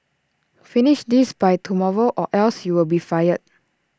finish this by tomorrow or else you'll be fired